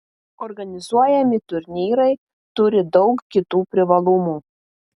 organizuojami turnyrai turi daug kitų privalumų